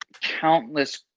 countless